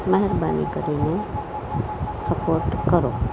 મહેરબાની કરીને સપોટ કરો